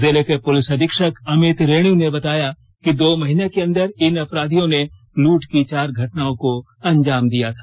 जिले के पुलिस अधीक्षक अमित रेणु ने बताया कि दो महीने के अंदर इन अपराधियों ने लूट की चार घटनाओं को अंजाम दिया था